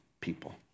people